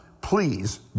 Please